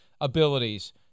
abilities